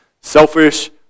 selfish